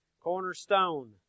cornerstone